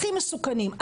הכי מסוכנים,